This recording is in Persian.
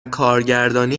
کارگردانی